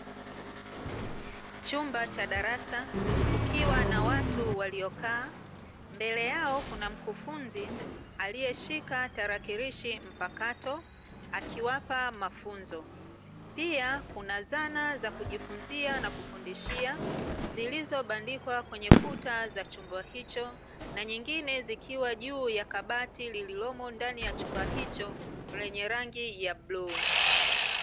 Chumba cha darasa kukiwa na watu waliokaa, mbele yao kuna mkufunzi aliyeshika tarakilishi mpakato aliwapa mafunzo. Pia kuna sana za kujifunzia na kufundishia zilizobandikwa kwenye kuta za chumba hicho, na nyingine zikiwa juu ya kabati lililomo ndani ya chumba hicho lenye rangi ya bluu.